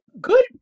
Good